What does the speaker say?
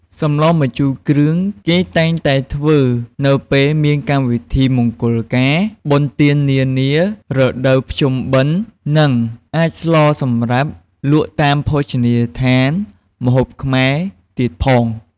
សម្លម្ជូរគ្រឿងគេតែងតែធ្វើនៅពេលមានកម្មវិធីមង្គលការ បុណ្យទាននានា រដូវភ្ជុំបិណ្ឌ និងអាចស្លសម្រាប់លក់តាមភោជនីយដ្ឋានម្ហូបខ្មែរទៀតផង។